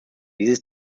dieses